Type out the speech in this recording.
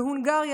בהונגריה,